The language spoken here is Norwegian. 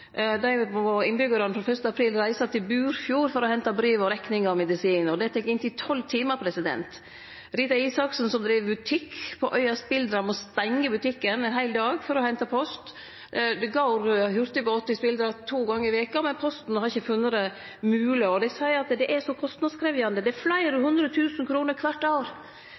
frå 1. april reise til Burfjord for å hente brev, rekningar og medisin. Det tek inntil tolv timar. Rita Isaksen, som driv butikk på øya Spildra, må stengje butikken ein heil dag for å hente post. Det går hurtigbåt til Spildra to gonger i veka, men Posten har ikkje funne det mogleg – dei seier at det er så kostnadskrevjande, det er fleire hundre tusen kroner kvart år. Kvar har det vorte av